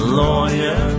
lawyer